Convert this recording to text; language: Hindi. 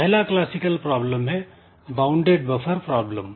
पहला क्लासिकल प्रॉब्लम है वाउंडेड बफर प्रॉब्लम